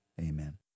amen